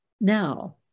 now